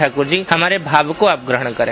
ठाकुर जी हमारे भाव को आप ग्रहण करें